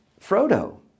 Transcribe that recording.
frodo